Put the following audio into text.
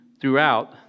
throughout